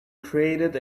created